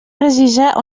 precisar